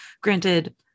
Granted